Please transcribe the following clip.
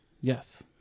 Yes